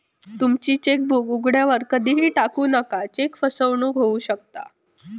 तुमची चेकबुक उघड्यावर कधीही टाकू नका, चेक फसवणूक होऊ शकता